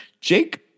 Jake